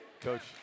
Coach